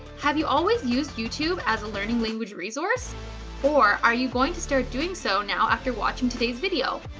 have you always used youtube as a learning language resource or are you going to start doing so now after watching today's video?